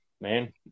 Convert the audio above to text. man